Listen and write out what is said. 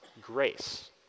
grace